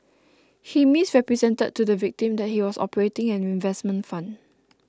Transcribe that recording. he misrepresented to the victim that he was operating an investment fund